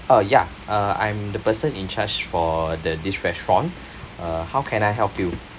uh ya uh I'm the person in charge for the this restaurant uh how can I help you